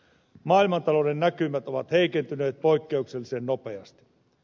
maailmantalouden näkymät ovat heikentyneet poikkeuksellisen nopeasti